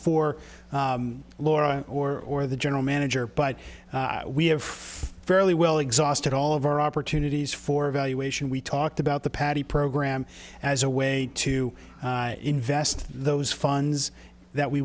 for laura or or the general manager but we have fairly well exhausted all of our opportunities for evaluation we talked about the patty program as a way to invest those funds that we